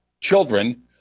children